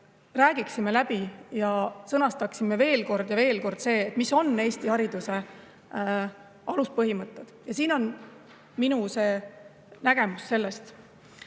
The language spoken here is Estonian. räägiksime läbi ja sõnastaksime veel kord ja veel kord, mis on Eesti hariduse aluspõhimõtted. Ja siin on minu nägemus sellest.